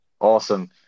Awesome